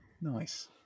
Nice